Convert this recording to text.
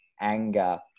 anger